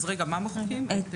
מה מוחקים?